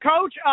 Coach